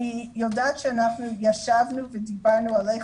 אני יודעת שאנחנו ישבנו ודיברנו על איך